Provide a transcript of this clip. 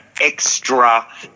extra